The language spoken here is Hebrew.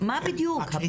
מה בדיוק?